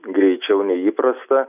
greičiau nei įprasta